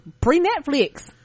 pre-netflix